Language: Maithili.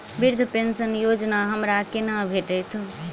वृद्धा पेंशन योजना हमरा केना भेटत?